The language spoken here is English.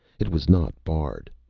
it was not barred.